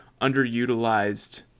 underutilized